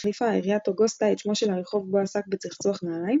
החליפה עיריית אוגוסטה את שמו של הרחוב בו עסק בצחצוח נעליים,